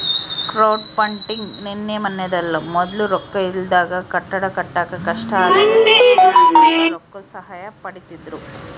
crowdfunding ನಿನ್ನೆ ಮನ್ನೆದಲ್ಲ, ಮೊದ್ಲು ರೊಕ್ಕ ಇಲ್ದಾಗ ಕಟ್ಟಡ ಕಟ್ಟಾಕ ಕಷ್ಟ ಆದಾಗ ಜನರ್ತಾಕ ರೊಕ್ಕುದ್ ಸಹಾಯ ಪಡೀತಿದ್ರು